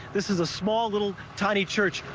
this is a small little tiny church.